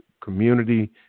community